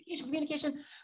communication